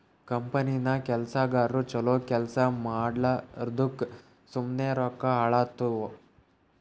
ಕಂಪನಿನಾಗ್ ಕೆಲ್ಸಗಾರು ಛಲೋ ಕೆಲ್ಸಾ ಮಾಡ್ಲಾರ್ದುಕ್ ಸುಮ್ಮೆ ರೊಕ್ಕಾ ಹಾಳಾತ್ತುವ್